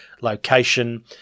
location